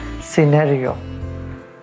scenario